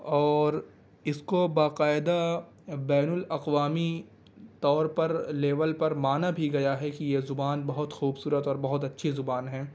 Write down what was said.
اور اس کو باقاعدہ بین الاقوامی طور پر لیول پر مانا بھی گیا ہے کہ یہ زبان بہت خوبصورت اور بہت اچھی زبان ہے